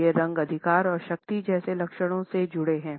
ये रंग अधिकार और शक्ति जैसे लक्षणों से जुड़े हैं